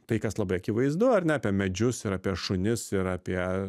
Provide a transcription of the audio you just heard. tai kas labai akivaizdu ar ne apie medžius ir apie šunis ir apie